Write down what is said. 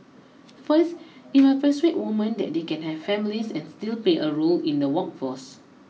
first it may persuade women that they can have families and still play a role in the workforce